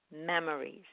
memories